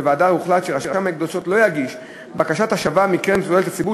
בוועדה הוחלט שרשם ההקדשות לא יגיש בקשת השבה מקרן לתועלת הציבור,